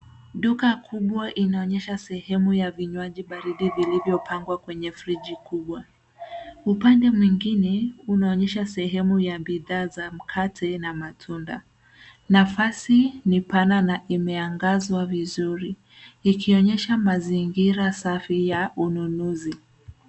Duka kubwa inaonyesha sehemu ya vinywaji baridi vilivyo pangwa kwenye frigi kubwa. Upande mwingine unaonyesha sehemu ya bidhaa za mkate na matunda. Nafasi ni pana na imeangazwa vizuri, ikionyesha mazingira safi ya ununuzi.